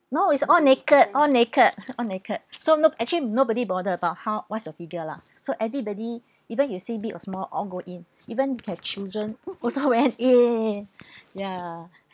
no is all naked all naked all naked so no actually nobody bothered about how what's your figure lah so everybody even you see big or small all go in even have children also went in ya